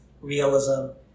realism